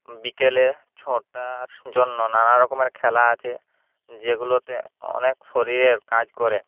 বিকেলে ছোটার জন্য নানারকমের খেলা আছে যেগুলোতে অনেক শরীরের কাজ করে